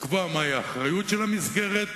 לקבוע מהי האחריות של המסגרת,